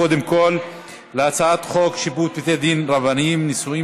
קודם כול על הצעת חוק שיפוט בתי דין רבניים (נישואין